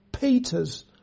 Peter's